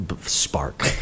Spark